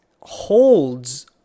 holds